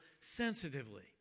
sensitively